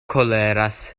koleras